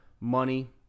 money